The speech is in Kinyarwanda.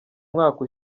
mwaka